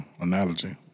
analogy